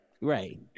Right